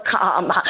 come